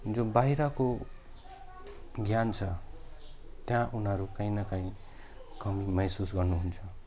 जो बाहिरको ज्ञान छ त्यहाँ उनीहरू काहीँ न काहीँ कमी महसुस गर्नु हुन्छ